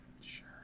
Sure